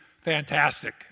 fantastic